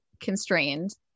constrained